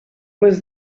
was